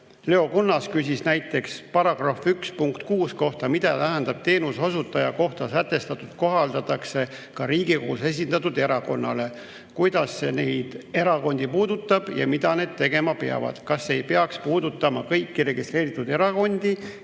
Leo Kunnas küsis näiteks § 1 punkti 6 kohta: mida tähendab, et teenuseosutaja kohta sätestatut kohaldatakse ka Riigikogus esindatud erakonnale? Kuidas see neid erakondi puudutab ja mida nad tegema peavad? Kas see ei peaks puudutama kõiki registreeritud erakondi,